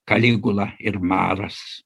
kaligula ir maras